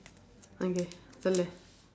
okay